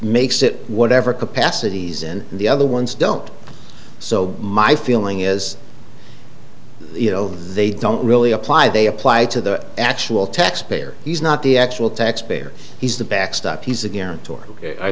makes it whatever capacities and the other ones don't so my feeling is you know they don't really apply they apply to the actual tax payer he's not the actual tax payer he's the